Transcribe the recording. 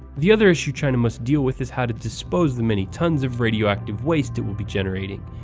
the other issue china must deal with is how to dispose the many tons of radioactive waste it will be generating,